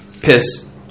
piss